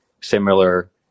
similar